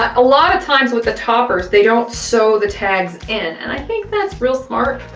a lot of times with the toppers, they don't sew the tags in, and i think that's real smart,